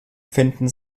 finden